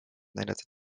näidata